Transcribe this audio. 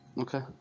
Okay